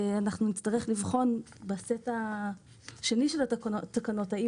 אנחנו נצטרך לבחון בסט השני של התקנות האם